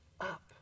up